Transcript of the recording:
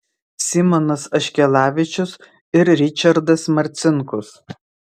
simonas aškelavičius ir ričardas marcinkus